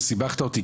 סיבכת אותי,